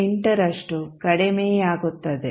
8 ರಷ್ಟು ಕಡಿಮೆಯಾಗುತ್ತದೆ